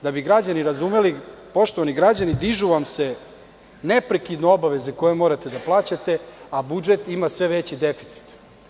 Da bi građani razumeli, poštovani građani dižu vam se neprekidno obaveze koje morate da plaćate, a budžet ima sve veći deficit.